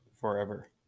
forever